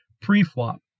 pre-flop